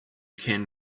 can